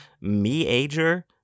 meager